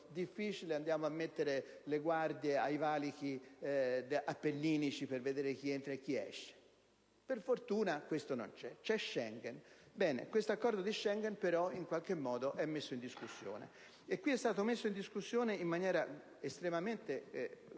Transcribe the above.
difficile, di mettere le guardie ai valichi appenninici per vedere chi entra e chi esce. Per fortuna questo non accade: c'è Schengen. Questo Accordo però in qualche modo è messo in discussione. Qui è stato messo in discussione in maniera estremamente